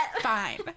fine